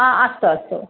हा अस्तु अस्तु